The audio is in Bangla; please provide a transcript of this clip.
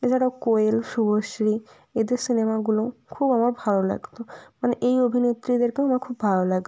এ ধরো কোয়েল শুভশ্রী এদের সিনেমাগুলোও খুব আমার ভালো লাগতো মানে এই অভিনেত্রীদেরকেও আমার খুব ভালো লাগতো